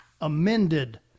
amended